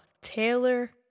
Taylor